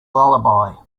lullaby